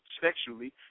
sexually